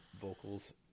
vocals